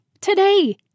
today